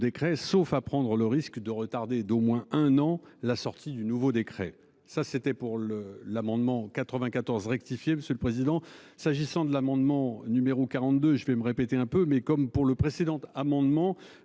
Sauf à prendre le risque de retarder d'au moins un an la sortie du nouveau décret ça c'était pour le l'amendement 94 rectifié, monsieur le président. S'agissant de l'amendement. Numéro 42. Je vais me répéter un peu mais comme pour le précédent amendement,